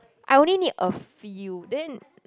I only need a few then